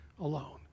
alone